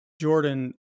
Jordan